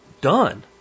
done